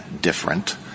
different